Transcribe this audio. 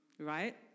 right